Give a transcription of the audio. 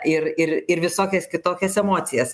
ir ir ir visokias kitokias emocijas